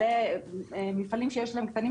מפעלים קטנים,